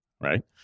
right